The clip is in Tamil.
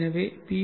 எனவே பி